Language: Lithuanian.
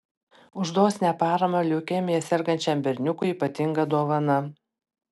už dosnią paramą leukemija sergančiam berniukui ypatinga dovana